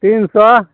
तीन सए